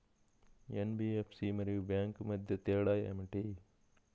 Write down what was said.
NBFC మరియు bank మధ్య తేడా ఏమిటి?